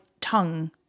tongue